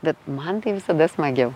bet man tai visada smagiau